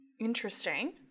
Interesting